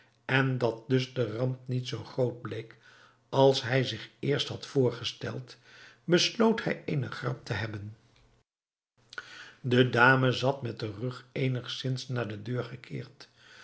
en dat dus de ramp niet zoo groot bleek als hij zich eerst had voorgesteld besloot hij eene grap te hebben de dame zat met den rug eenigzins naar de deur gekeerd